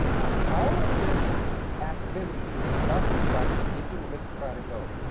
um all of this activity is governed by the digital hippocratic oath.